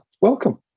welcome